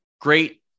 great